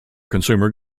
consumer